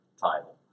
title